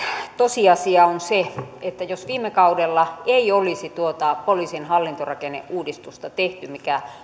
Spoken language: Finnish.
tosiasia on se että jos viime kaudella ei olisi tuota poliisin hallintorakenneuudistusta tehty mikä